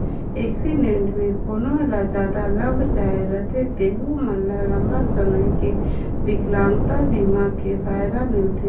accident मे कोनो ल जादा लग जाए रथे तेहू मन ल लंबा समे के बिकलांगता बीमा के फायदा मिलथे